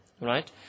Right